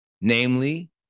namely